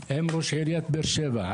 עם ראש עיריית באר שבע,